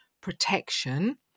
protection